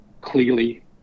clearly